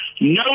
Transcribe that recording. no